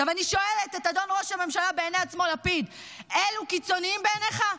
אני שואלת את אדון ראש הממשלה בעיני עצמו לפיד: אלו קיצוניים בעיניך?